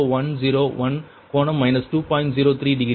03 degree